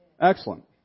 Excellent